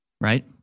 right